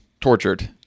tortured